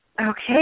Okay